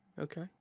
Okay